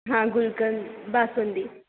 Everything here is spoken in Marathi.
हां गुलकंद बासुंदी